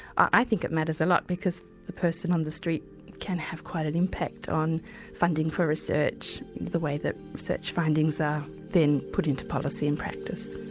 i think it matters a lot because the person on the street can have quite an impact on funding for research the way that research findings are then put into policy and practice.